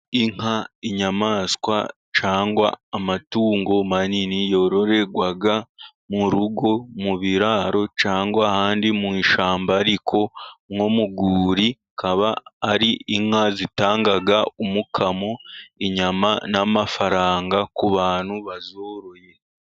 Inka, inyamaswa cyangwa amatungo manini yororerwa mu rugo, mu biraro cyangwa ahandi mu ishyamba. Ariko nko mu rwuri, akaba ari inka zitanga umukamo, inyama n'amafaranga ku bantu bazoroye.